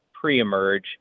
pre-emerge